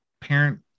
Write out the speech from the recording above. parent